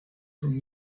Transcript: from